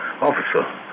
officer